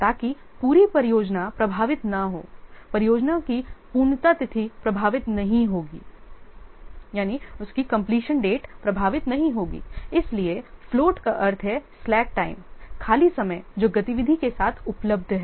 ताकि पूरी परियोजना प्रभावित न हो परियोजना की पूर्णता तिथि प्रभावित नहीं होगी इसलिए फ्लोट का अर्थ है स्लैक टाइम खाली समय जो गतिविधि के साथ उपलब्ध है